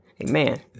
Amen